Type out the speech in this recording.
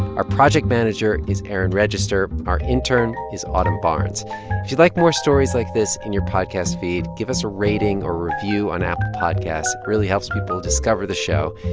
our project manager is erin register. our intern is autumn barnes if you'd like more stories like this in your podcast feed, give us a rating or review on apple podcasts. really helps people discover the show.